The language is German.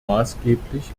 maßgeblich